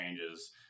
changes